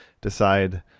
decide